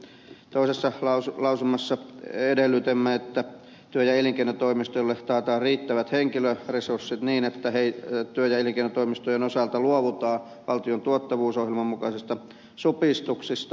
toisessa lausumassa edellytämme että työ ja elinkeinotoimistoille taataan riittävät henkilöresurssit niin että työ ja elinkeinotoimistojen osalta luovutaan valtion tuottavuusohjelman mukaisista supistuksista